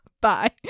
bye